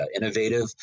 innovative